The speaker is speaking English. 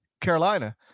Carolina